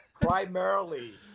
primarily